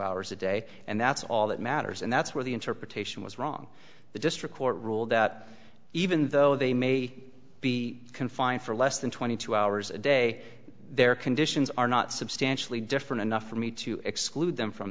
hours a day and that's all that matters and that's where the interpretation was wrong the district court ruled that even though they may be confined for less than twenty two hours a day their conditions are not substantially different enough for me to exclude them from